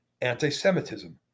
anti-Semitism